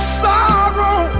sorrow